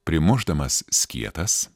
primušdamas skietas